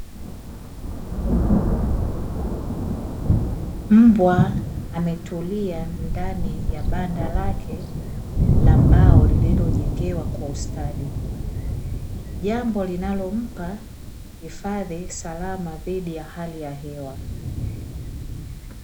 Mbwa ametulia ndani ya banda lake la mbao lililojengewa kwa ustadi jambo linalompa hifadhi salama dhidi ya hali ya hewa.